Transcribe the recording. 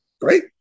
great